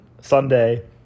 Sunday